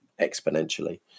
exponentially